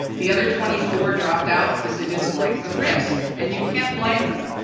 the other twenty four dropped out because they didn't like the risk. and you can't blame them.